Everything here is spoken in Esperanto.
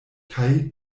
kaj